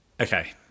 Okay